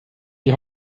die